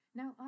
Now